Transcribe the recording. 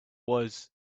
was